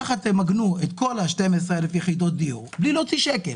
כך תמגנו את כל 12,000 יחידות הדיור בלי להוציא שקל.